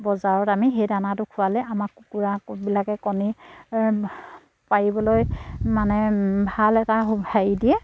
বজাৰত আমি সেই দানাটো খোৱালে আমাক কুকুৰাবিলাকে কণী পাৰিবলৈ মানে ভাল এটা হেৰি দিয়ে